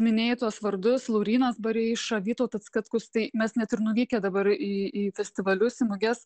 minėjai tuos vardus laurynas bareiša vytautas katkus tai mes net ir nuvykę dabar į festivalius į muges